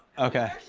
okay.